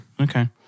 Okay